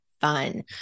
fun